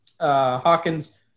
Hawkins